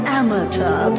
amateur